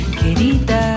querida